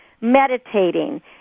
meditating